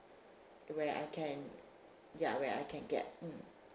where I can ya where I can get mm